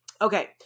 Okay